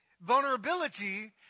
vulnerability